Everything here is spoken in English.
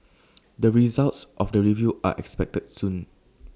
the results of the review are expected soon